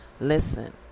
Listen